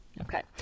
Okay